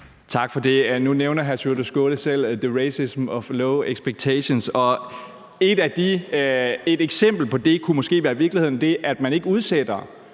Tak for det. Nu nævner hr. Sjúrður Skaale selv the racism of low expectations, og et eksempel på det kunne måske i virkeligheden være det, at man ikke udsætter